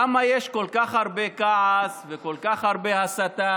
למה יש כל כך הרבה כעס וכל כך הרבה הסתה